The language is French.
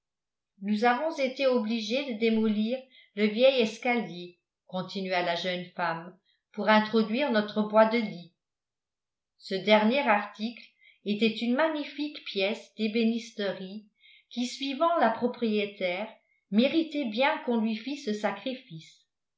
nous avons été obligés de démolir le vieil escalier continua la jeune femme pour introduire notre bois de lit ce dernier article était une magnifique pièce d'ébénisterie qui suivant la propriétaire méritait bien qu'on lui fit ce sacrifice